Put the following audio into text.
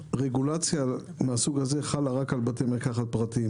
רגולציה מהסוג הזה חלה רק על בתי מרקחת פרטיים,